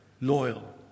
loyal